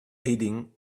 aiding